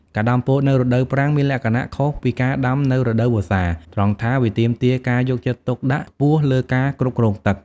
ការដាំពោតនៅរដូវប្រាំងមានលក្ខណៈខុសពីការដាំនៅរដូវវស្សា ត្រង់ថាវាទាមទារការយកចិត្តទុកដាក់ខ្ពស់លើការគ្រប់គ្រងទឹក។